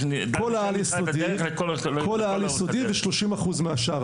יש --- כל העל יסודי ו-30 אחוז מהשאר,